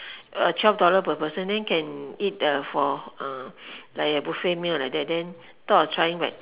uh twelve dollar per person then can eat uh for like a buffet meal like that then thought of trying but